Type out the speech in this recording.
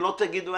ולא תגידו,